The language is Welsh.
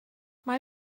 mae